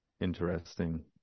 interesting